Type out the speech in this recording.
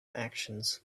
actions